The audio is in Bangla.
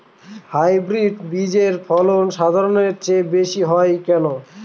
হাইব্রিড বীজের ফলন সাধারণের চেয়ে বেশী হয় কেনো?